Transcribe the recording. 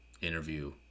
interview